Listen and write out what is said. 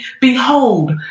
behold